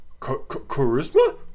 Charisma